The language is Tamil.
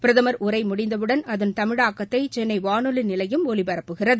பிரதமர் உரைமுடிந்தவுடன் அதன் தமிழாக்கத்தைசென்னைவாளொலிநிலையம் ஒலிபரப்புகிறது